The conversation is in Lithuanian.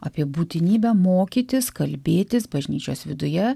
apie būtinybę mokytis kalbėtis bažnyčios viduje